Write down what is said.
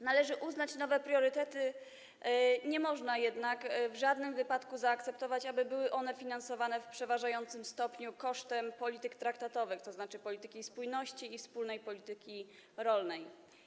Należy uznać nowe priorytety, jednak nie można w żadnym wypadku zaakceptować, aby były one finansowane w przeważającym stopniu kosztem polityk traktatowych, tzn. polityki spójności i wspólnej polityki rolnej.